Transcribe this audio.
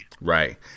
Right